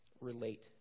relate